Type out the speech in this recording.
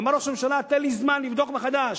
אמר ראש הממשלה, תן לי זמן לבדוק מחדש.